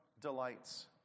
delights